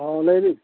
ᱦᱚᱸ ᱞᱟᱹᱭᱵᱤᱱ